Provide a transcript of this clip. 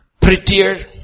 prettier